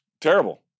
Terrible